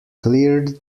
cleared